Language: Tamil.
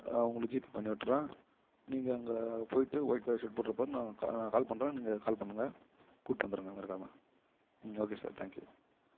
உங்களுக்கு ஜிபே பண்ணிவிட்றேன் நீங்கள் அங்கே போயிவிட்டு ஒயிட் கலர் ஷர்ட் போட்ருப்பார் நான் நான் கால் பண்ணுறேன் நீங்கள் கால் பண்ணுங்கள் கூப்பிட்டு வந்துருங்க மறக்காம ம் ஓகே சார் தேங்க் யூ